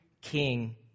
king